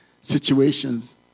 situations